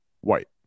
White